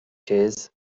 case